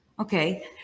Okay